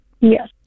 Yes